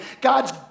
God's